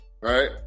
right